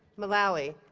malawi